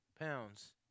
pounds